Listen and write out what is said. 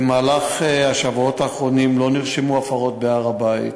במהלך השבועות האחרונים לא נרשמו הפרות בהר-הבית,